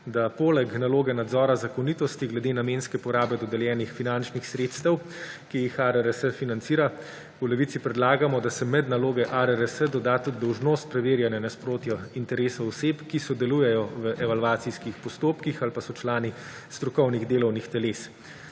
da poleg naloge nadzora zakonitosti glede namenske porabe dodeljenih finančnih sredstev, ki jih ARRS financira, v Levici predlagamo, da se med naloge ARRS doda tudi dolžnost preverjanja nasprotja interesov oseb, ki sodelujejo v evalvacijskih postopkih ali pa so člani strokovnih delovnih teles.